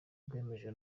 rwemejwe